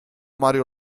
mario